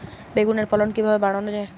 বেগুনের ফলন কিভাবে বাড়ানো যায়?